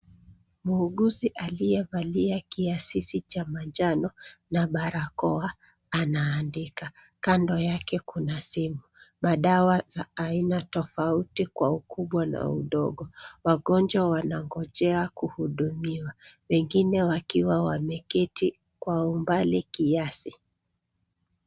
Muuguzi aliye valia kiasisi cha manjano na barakoa anaandika. Kando yake kuna simu. Madawa za aina tofauti kwa ukubwa na udongo. Wagonjwa wanangonjea kuhudumiwa. Wengine wakiwa Wameketi kwa umbali kiasi.